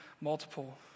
multiple